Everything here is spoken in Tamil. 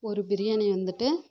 ஒரு பிரியாணி வந்துட்டு